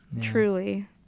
Truly